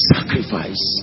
Sacrifice